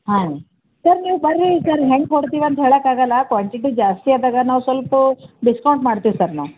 ಹಾಂ ಸರ್ ನೀವು ಬರ್ರಿ ಸರ್ ಹೆಂಗೆ ಕೊಡ್ತೀವಿ ಅಂತ ಹೇಳೋಕ್ಕಾಗಲ್ಲ ಕ್ವಾಂಟಿಟಿ ಜಾಸ್ತಿ ಆದಾಗ ನಾವು ಸ್ವಲ್ಪ ಡಿಸ್ಕೌಂಟ್ ಮಾಡ್ತೀವಿ ಸರ್ ನಾವು